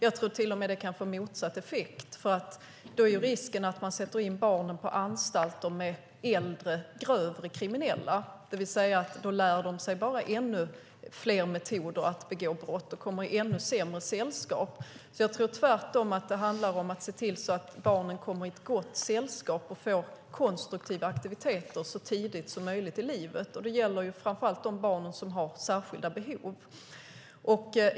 Det kan till och med få motsatt effekt. Risken är att man sätter in barnen på anstalt med äldre, grövre kriminella, och då lär de sig bara ännu fler metoder att begå brott och kommer i ännu sämre sällskap. Tvärtom handlar det om att se till att barnen kommer i gott sällskap och får konstruktiva aktiviteter så tidigt som möjligt i livet. Det gäller framför allt de barn som har särskilda behov.